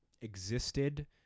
existed